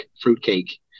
fruitcake